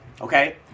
Okay